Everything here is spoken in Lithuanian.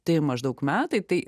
tai maždaug metai tai